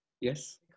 Yes